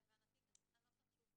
להבנתי גם הנוסח שהופץ